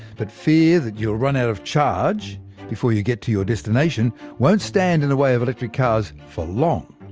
but fear that you'll run out of charge before you get to your destination won't stand in the way of electric cars for long.